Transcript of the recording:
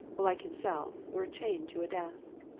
like himself, were chained to a desk.